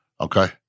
Okay